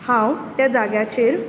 हांव त्या जाग्याचेर